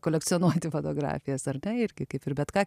kolekcionuoti fotografijas ar ne irgi kaip ir bet ką